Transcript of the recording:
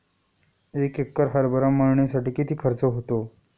एक एकर हरभरा मळणीसाठी किती खर्च होतो?